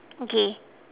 okay